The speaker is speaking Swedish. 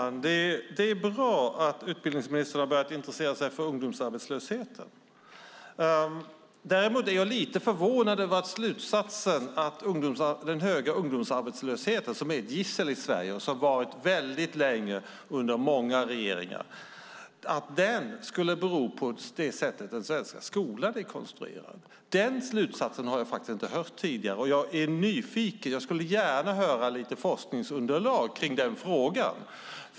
Fru talman! Det är bra att utbildningsministern har börjat intressera sig för ungdomsarbetslösheten. Däremot är jag lite förvånad över slutsatsen att den höga ungdomsarbetslösheten, som är ett gissel i Sverige och som har varit det länge under många regeringar, skulle bero på det sätt som den svenska skolan är konstruerad på. Den slutsatsen har jag faktiskt inte hört tidigare. Jag är nyfiken. Jag skulle gärna höra om lite forskningsunderlag kring den frågan.